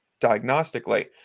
diagnostically